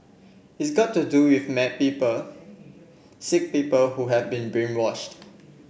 it's got to do with mad people sick people who have been brainwashed